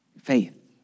Faith